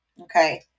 okay